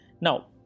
Now